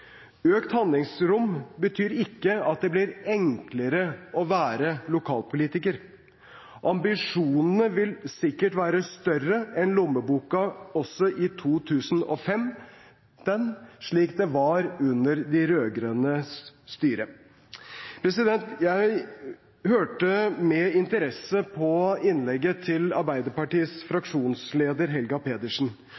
Økt handlingsrom betyr ikke at det blir enklere å være lokalpolitiker. Ambisjonene vil sikkert være større enn lommeboka også i 2015, slik det var under de rød-grønnes styre. Jeg hørte med interesse på innlegget til Arbeiderpartiets